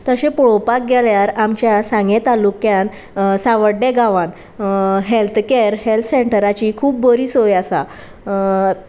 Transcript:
तशें पळोवपाक गेल्यार आमच्या सांगे तालुक्यान सावड्डे गांवांत हेल्थ कॅअर हेल्थ सेंटराची खूब बरी सोय आसा